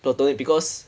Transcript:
platonic because